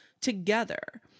together